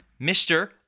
Mr